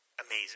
amazing